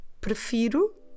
prefiro